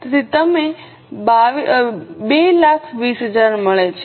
તેથી તમને 220000 મળે છે